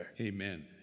Amen